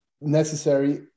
necessary